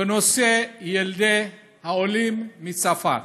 בנושא ילדי העולים מצרפת.